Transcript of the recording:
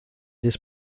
this